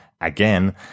again